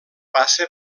passa